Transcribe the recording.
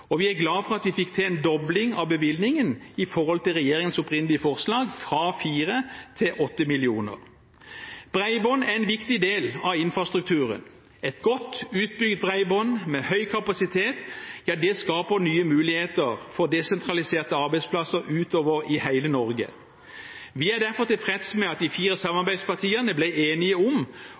og vi er glad for at vi fikk til en dobling av bevilgningen i forhold til regjeringens opprinnelige forslag, fra 4 mill. kr til 8 mill. kr. Bredbånd er en viktig del av infrastrukturen. Et godt utbygd bredbånd med høy kapasitet skaper nye muligheter for desentraliserte arbeidsplasser utover i hele Norge. Vi er derfor tilfreds med at de fire samarbeidspartiene ble enige om